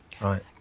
right